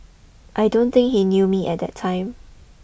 I don't think he knew me at that time